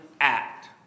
act